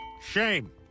Shame